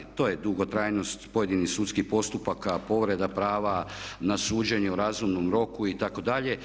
To je dugotrajnost pojedinih sudskih postupaka, povreda prava na suđenje u razumnom roku itd.